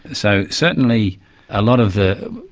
so certainly a lot of the,